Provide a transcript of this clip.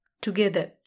Together